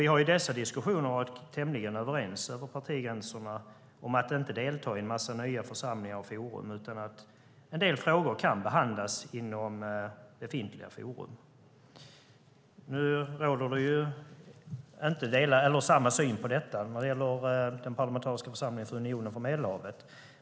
Vi har i dessa diskussioner varit tämligen överens över partigränserna om att inte delta i en massa nya församlingar och forum utan att en del frågor kan behandlas inom befintliga forum. Nu råder inte den synen när det gäller den parlamentariska församlingen för Unionen för Medelhavet.